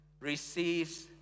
receives